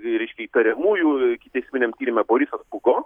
reiškia įtariamųjų ikiteisminiam tyrime borisas pugo